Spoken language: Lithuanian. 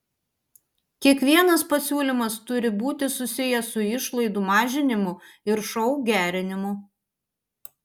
kiekvienas pasiūlymas turi būti susijęs su išlaidų mažinimu ir šou gerinimu